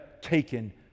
taken